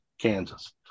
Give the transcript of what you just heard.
Kansas